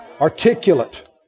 Articulate